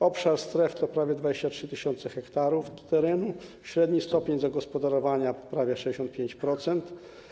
Obszar stref to prawie 23 tys. ha terenu, średni stopień zagospodarowania - prawie 65%.